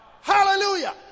Hallelujah